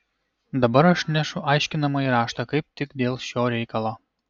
dabar aš nešu aiškinamąjį raštą kaip tik dėl šio reikalo